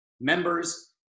members